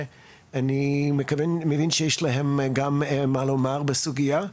אני מבין שיש להם גם מה לומר בסוגיה.